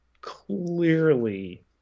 clearly